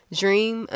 dream